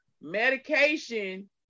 medication